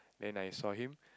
then I saw him